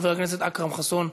חבר הכנסת אכרם חסון,